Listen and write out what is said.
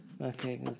Okay